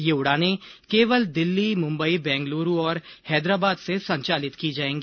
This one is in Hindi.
ये उड़ानें केवल दिल्ली मुम्बई बेंगलुरू और हैदराबाद से संचालित की जायेंगी